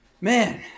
Man